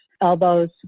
elbows